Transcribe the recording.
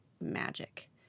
magic